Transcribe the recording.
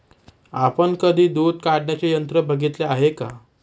आपण कधी दूध काढण्याचे यंत्र बघितले आहे का?